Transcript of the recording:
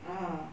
ah